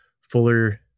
fuller